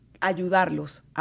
ayudarlos